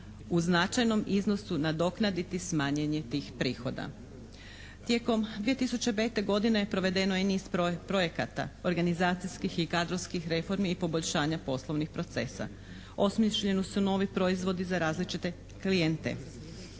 u značajnom iznosu nadoknaditi smanjenje tih prihoda. Tijekom 2005. godine provedeno je i niz projekata, organizacijskih i kadrovskih reformi i poboljšanja poslovnih procesa. Osmišljeni su novi proizvodi za različite klijente.